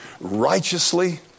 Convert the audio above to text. righteously